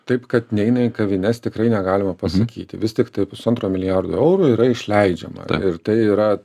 taip kad neina į kavines tikrai negalima pasakyti vis tiktai pusantro milijardo eurų yra išleidžiama ir tai yra